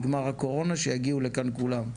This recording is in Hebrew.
נגמר הקורונה, שיגיעו לכאן כולם.